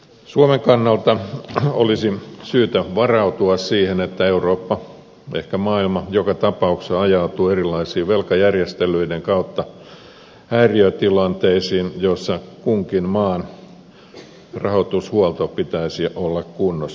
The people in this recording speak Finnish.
suomen kannalta olisi syytä varautua siihen että eurooppa ehkä maailma joka tapauksessa ajautuu erilaisten velkajärjestelyiden kautta häiriötilanteisiin joissa kunkin maan rahoitushuollon pitäisi olla kunnossa